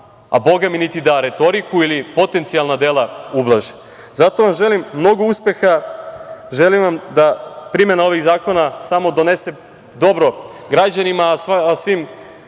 a bogami, niti da retoriku ili potencijalna dela ublaže. Zato vam želim mnogo uspeha. Želim vam da primena ovih zakona samo donese dobro građanima, a svim